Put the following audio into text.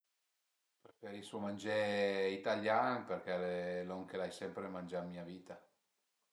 Preferisu mangé italian perché al e lon che l'ai sempre mangià ën mia vita